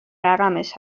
رقمش